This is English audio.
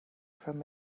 from